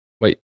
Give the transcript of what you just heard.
Wait